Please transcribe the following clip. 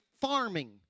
farming